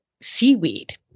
seaweed